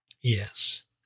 Yes